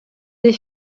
des